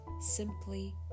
simply